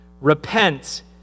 Repent